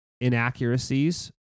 inaccuracies